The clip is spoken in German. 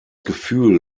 gefühl